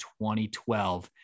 2012